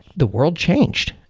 the world changed.